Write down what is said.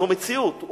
זאת מציאות,